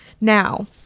now